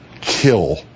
kill